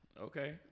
okay